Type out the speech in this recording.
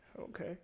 okay